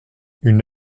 une